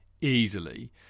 easily